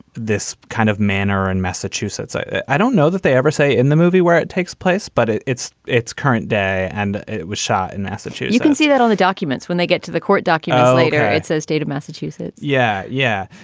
this kind of man are in and massachusetts. i don't know that they ever say in the movie where it takes place, but it's it's current day and it was shot in massachusetts you can see that on the documents when they get to the court documents later. it says state of massachusetts yeah. yeah.